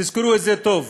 תזכרו את זה טוב.